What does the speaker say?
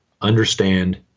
understand